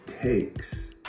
takes